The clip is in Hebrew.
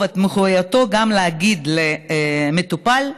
מחובתו גם להגיד למטופל,